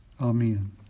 Amen